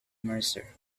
mercer